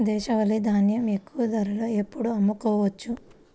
దేశవాలి ధాన్యం ఎక్కువ ధరలో ఎప్పుడు అమ్ముకోవచ్చు?